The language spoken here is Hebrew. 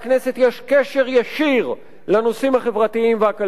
יש קשר ישיר לנושאים החברתיים והכלכליים,